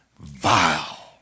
vile